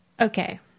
Okay